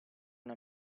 una